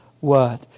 word